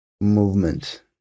movement